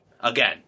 again